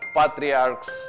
patriarchs